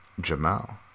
Jamal